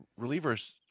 relievers